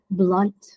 blunt